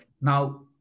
Now